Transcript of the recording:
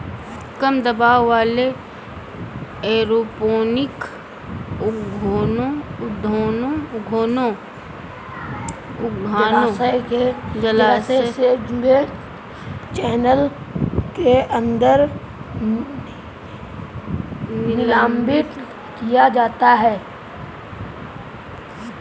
कम दबाव वाले एरोपोनिक उद्यानों जलाशय से जुड़े चैनल के अंदर निलंबित किया जाता है